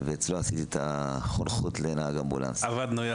אצלו עשיתי את החונכות לנהג אמבולנס.